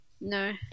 No